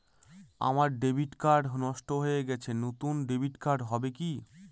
আমার debit card নষ্ট হয়ে গেছে নূতন ডেবিট কার্ড হবে কি?